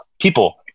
people